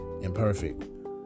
imperfect